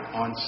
on